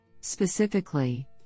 Specifically